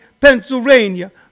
Pennsylvania